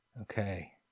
Okay